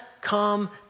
come